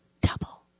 double